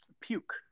puke